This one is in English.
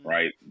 Right